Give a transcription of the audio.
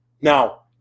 Now